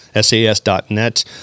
SAS.net